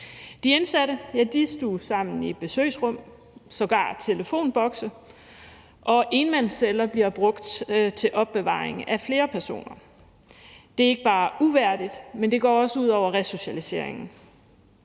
De indsatte er stuvet sammen i besøgsrum, sågar telefonbokse, og énmandsceller bliver brugt til opbevaring af flere personer. Det er ikke bare uværdigt, men det går også ud over resocialiseringen.